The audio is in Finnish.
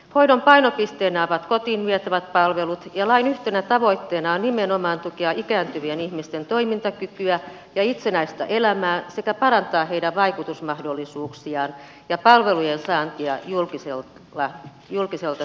hoidon painopisteenä ovat kotiin vietävät palvelut ja lain yhtenä tavoitteena on nimenomaan tukea ikääntyvien ihmisten toimintakykyä ja itsenäistä elämää sekä parantaa heidän vaikutusmahdollisuuksiaan ja palvelujen saantia julkiselta sektorilta